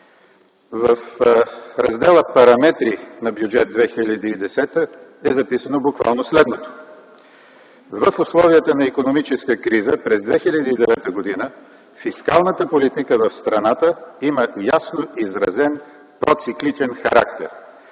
В Раздел „Параметри” на Бюджет 2010 г. е записано буквално следното: „В условията на икономическа криза през 2009 г. фискалната политика в страната има ясно изразен процикличен характер”,